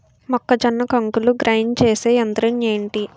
మొక్కజొన్న కంకులు గ్రైండ్ చేసే యంత్రం ఏంటి?